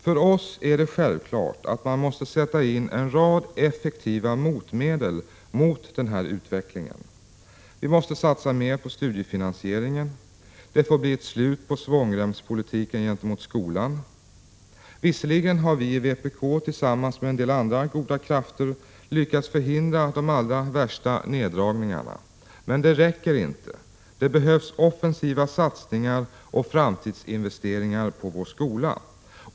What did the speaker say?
För oss är det självklart att man måste sätta in en rad effektiva motmedel mot den här utvecklingen. Vi måste satsa mycket mer på studiefinansieringen. Det får bli ett slut på svångremspolitiken gentemot skolan. Visserligen har vi i vpk tillsammans med en del andra goda krafter lyckats förhindra de allra värsta neddragningarna. Men det räcker inte. Det behövs offensiva satsningar och framtidsinvesteringar på vår skola.